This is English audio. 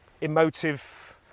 emotive